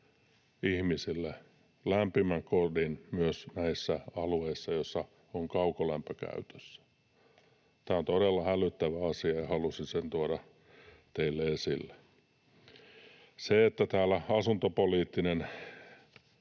ihmisille lämpimän kodin myös näillä alueilla, joilla on kaukolämpö käytössä. Tämä on todella hälyttävä asia, ja halusin sen tuoda teille esille. Tämä asuntopoliittinen